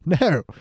No